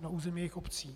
na území jejich obcí.